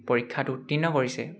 পৰীক্ষাত উত্তীৰ্ণ কৰিছে